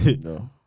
No